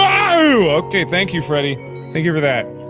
oh! ok thank you freddy thank you for that.